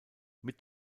mit